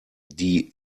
die